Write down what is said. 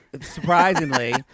surprisingly